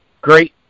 great